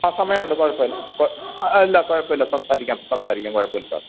ആ സമയമുണ്ട് കുഴപ്പമില്ല ആ ഇല്ല കുഴപ്പമില്ല സംസാരിക്കാം സംസാരിക്കാം കുഴപ്പമില്ല സാർ